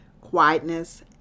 quietness